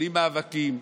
בלי מאבקים,